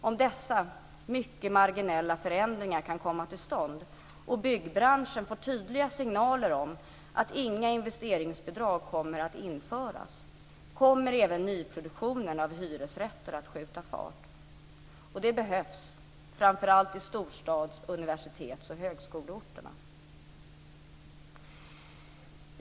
Om dessa mycket marginella förändringar kan komma till stånd och byggbranschen får tydliga signaler om att inga investeringsbidrag kommer att införas, kommer även nyproduktionen av hyresrätter att skjuta fart, och det behövs, framför allt i storstads-, universitets och högskoleorterna.